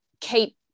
keep